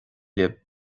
libh